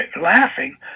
laughing